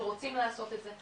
שרוצים לעשות את זה.